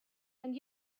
and